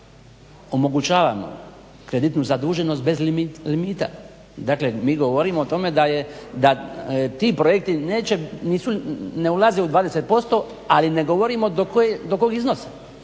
omogućavamo kreditnu zaduženost bez limita. Dakle, mi govorimo o tome da ti projekti neće, nisu, ne ulaze u 20% ali ne govorimo do kog iznosa.